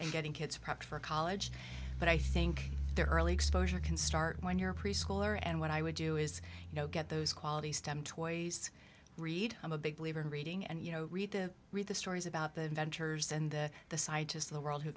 and getting kids prepped for college but i think their early exposure can start when you're preschooler and what i would do is you know get those quality stem toys read i'm a big believer in reading and you know read to read the stories about the inventors and the scientists the world